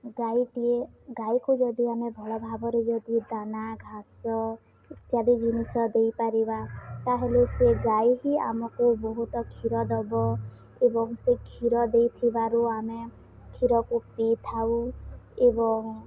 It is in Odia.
ଗାଈଟିଏ ଗାଈକୁ ଯଦି ଆମେ ଭଲ ଭାବରେ ଯଦି ଦାନା ଘାସ ଇତ୍ୟାଦି ଜିନିଷ ଦେଇପାରିବା ତା'ହେଲେ ସେ ଗାଈ ହିଁ ଆମକୁ ବହୁତ କ୍ଷୀର ଦେବ ଏବଂ ସେ କ୍ଷୀର ଦେଇଥିବାରୁ ଆମେ କ୍ଷୀରକୁ ପିଇଥାଉ ଏବଂ